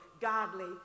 godly